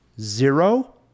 Zero